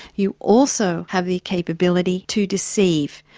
you also have the capability to deceive.